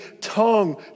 tongue